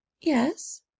Yes